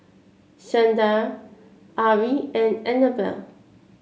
Shandra Arly and Anabel